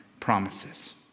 promises